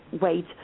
weight